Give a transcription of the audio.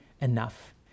enough